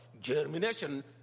germination